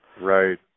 Right